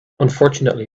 unfortunately